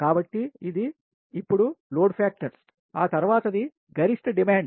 కాబట్టి ఇది ఇప్పుడు లోడ్ ఫాక్ట్వర్ ఆ తరువాత ది గరిష్ట డిమాండ్